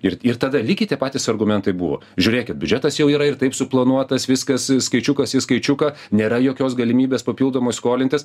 ir ir tada lygiai tie patys argumentai buvo žiūrėkit biudžetas jau yra ir taip suplanuotas viskas skaičiukas į skaičiuką nėra jokios galimybės papildomai skolintis